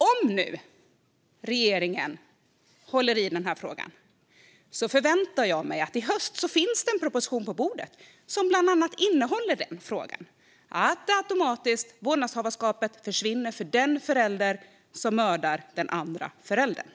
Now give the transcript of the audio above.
Om nu regeringen håller i den här frågan förväntar jag mig därför att det i höst finns en proposition som bland annat innehåller att vårdnadsinnehavet automatiskt försvinner för den förälder som mördar den andra föräldern.